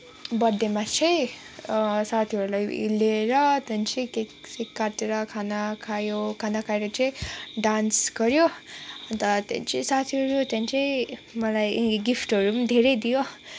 बर्थडेमा चाहिँ अँ साथीहरूलाई लिएर त्यहाँदेखि चाहिँ केकसेक काटेर खाना खायो खाना खाएर चाहिँ डान्स गऱ्यो अन्त त्यहाँदेखि चाहिँ साथीहरू त्यहाँदेखि चाहिँ मलाई गिफ्टहरू पनि धेरै दियो